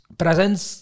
presence